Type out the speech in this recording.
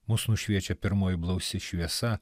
mus nušviečia pirmoji blausi šviesa